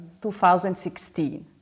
2016